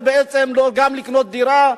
ובעצם גם לקנות דירה,